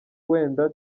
wenda